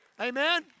Amen